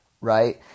right